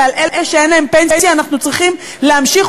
ועל אלה שאין להם פנסיה אנחנו צריכים להמשיך